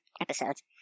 episodes